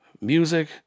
music